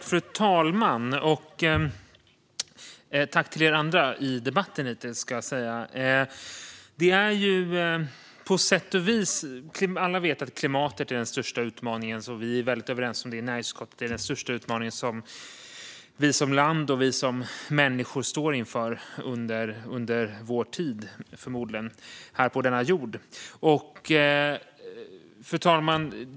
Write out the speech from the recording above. Fru talman! Tack, alla ni andra som är med i debatten! Alla vet ju att klimatet är den största utmaningen. Det är vi helt överens om i näringsutskottet. Det är den största utmaning som vi som land och som människor står inför under vår tid på denna jord.